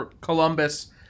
Columbus